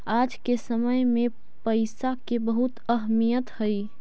आज के समय में पईसा के बहुत अहमीयत हई